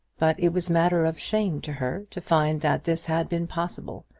but it was matter of shame to her to find that this had been possible,